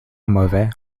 mauvais